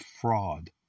fraud